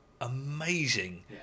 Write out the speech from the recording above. amazing